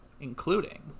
including